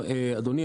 אדוני,